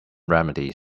remedies